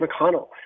McConnell